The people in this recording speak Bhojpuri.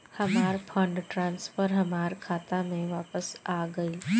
हमार फंड ट्रांसफर हमार खाता में वापस आ गइल